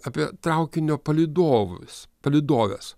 apie traukinio palydovas palydoves